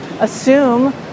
assume